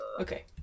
okay